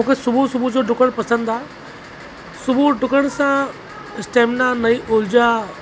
मूंखे सुबुह सुबुह जो ॾुकणु पसंदि आहे सुबुह ॾुकण सां स्टेमिना नई ऊर्जा